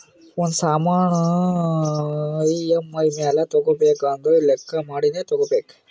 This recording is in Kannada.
ಒಂದ್ ಸಾಮಾನ್ ಇ.ಎಮ್.ಐ ಮ್ಯಾಲ ತಗೋಬೇಕು ಅಂದುರ್ ಲೆಕ್ಕಾ ಮಾಡಿನೇ ತಗೋಬೇಕು